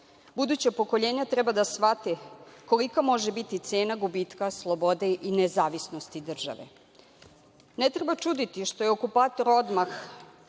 Buduća pokolenja treba da shvate kolika može biti cena gubitka slobode i nezavisnosti države. Ne treba čuditi što je okupator odmah